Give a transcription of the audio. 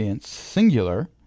singular